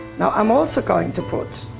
now i'm also going to put